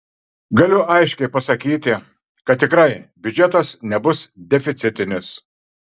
galiu aiškiai pasakyti kad tikrai biudžetas nebus deficitinis